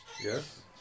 Yes